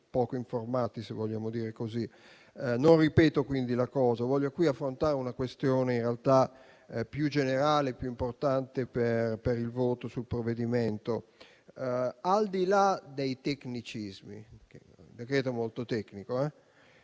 su questo, quindi, ma vorrei affrontare una questione più generale e più importante per il voto sul provvedimento. Al di là dei tecnicismi (è un decreto molto tecnico),